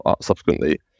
subsequently